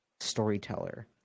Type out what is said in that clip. storyteller